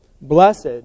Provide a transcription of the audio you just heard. blessed